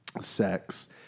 sex